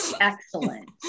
Excellent